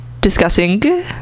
discussing